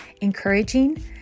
encouraging